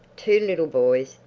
two little boys,